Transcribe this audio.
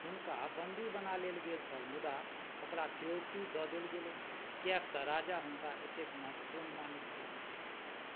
हुनका बन्दी बना लेल गेल छल मुदा ओकरा फिरौती दऽ देल गेलै किएक तऽ राजा हुनका एतेक महत्वपूर्ण मानय छला